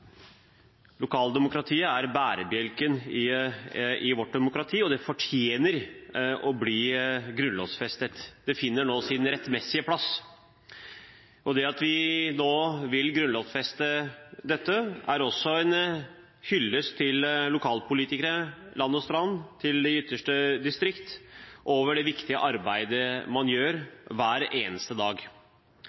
det fortjener å bli grunnlovfestet. Det finner nå sin rettmessige plass. Det at vi nå vil grunnlovfeste dette, er også en hyllest til lokalpolitikere land og strand rundt, til de ytterste distrikt, av det viktige arbeidet man gjør hver eneste dag.